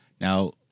Now